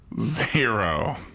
zero